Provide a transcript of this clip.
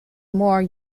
more